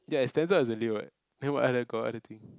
ya it's standard as a Leo [what] then what other got other thing